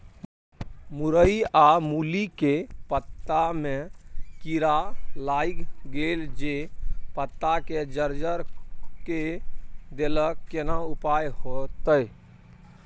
मूरई आ मूली के पत्ता में कीरा लाईग गेल जे पत्ता के जर्जर के देलक केना उपाय होतय?